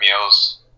meals